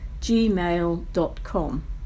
gmail.com